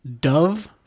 dove